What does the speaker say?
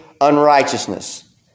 unrighteousness